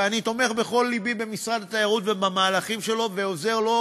ואני תומך בכל לבי במשרד התיירות ובמהלכים שלו ועוזר לו,